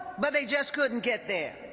but they just couldn't get there.